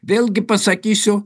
vėlgi pasakysiu